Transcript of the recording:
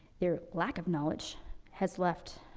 their lack of knowledge has left,